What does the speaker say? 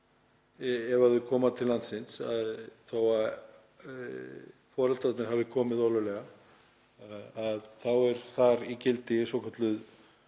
ef þau koma til landsins, og þó að foreldrarnir hafi komið ólöglega — þá er þar í gildi svokölluð